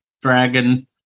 dragon